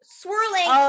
swirling